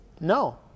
No